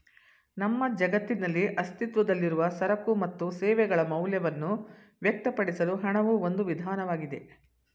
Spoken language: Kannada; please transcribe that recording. ನಮ್ಮ ಜಗತ್ತಿನಲ್ಲಿ ಅಸ್ತಿತ್ವದಲ್ಲಿರುವ ಸರಕು ಮತ್ತು ಸೇವೆಗಳ ಮೌಲ್ಯವನ್ನ ವ್ಯಕ್ತಪಡಿಸಲು ಹಣವು ಒಂದು ವಿಧಾನವಾಗಿದೆ